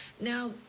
Now